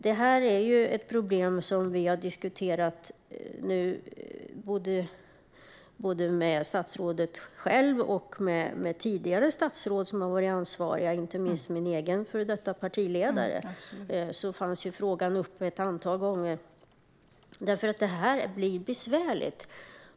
Detta är ett problem som vi har diskuterat både med Annika Strandhäll och med tidigare ansvariga statsråd, och då tänker jag inte minst på min egen tidigare partiledare. Frågan har varit uppe ett antal gånger. Det här blir ju besvärligt.